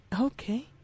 Okay